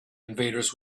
invaders